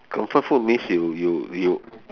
comfort food means you you you